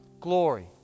Glory